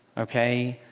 ok?